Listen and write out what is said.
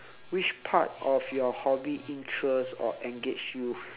which part of your hobby interest or engage you